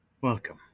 Welcome